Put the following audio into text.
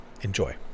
Enjoy